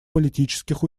политических